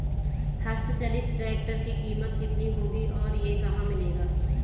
हस्त चलित ट्रैक्टर की कीमत कितनी होगी और यह कहाँ मिलेगा?